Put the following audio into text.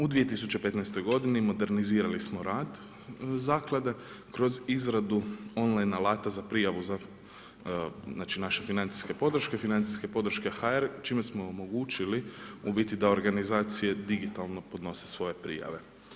U 2015. godini modernizirali smo rad zaklade, kroz izradu on line alata za prijavu znači naše financijske podrške, financijske podrške hr, čime smo omogućili u biti da organizacije digitalno podnose svoje prijave.